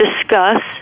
Discuss